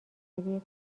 روی